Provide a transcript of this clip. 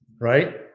right